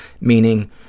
meaning